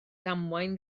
damwain